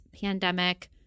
pandemic